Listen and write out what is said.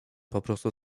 poprostu